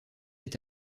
est